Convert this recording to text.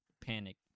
Panic